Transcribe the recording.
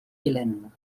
hélène